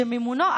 שמימונו,